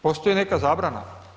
Postoji neka zabrana?